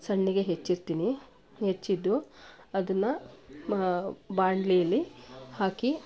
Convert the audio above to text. ಸಣ್ಣಗೆ ಹೆಚ್ಚಿರ್ತೀನಿ ಹೆಚ್ಚಿದ್ದು ಅದನ್ನು ಬಾಣಲೆಯಲ್ಲಿ ಹಾಕಿ